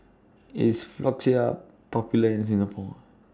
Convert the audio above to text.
IS Floxia Popular in Singapore